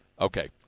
Okay